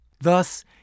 Thus